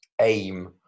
aim